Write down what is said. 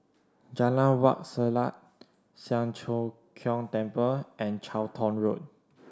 Jalan Wak Selat Siang Cho Keong Temple and Charlton Road